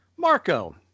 Marco